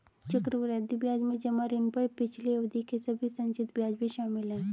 चक्रवृद्धि ब्याज में जमा ऋण पर पिछली अवधि के सभी संचित ब्याज भी शामिल हैं